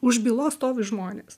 už bylos stovi žmonės